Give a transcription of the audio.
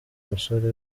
musore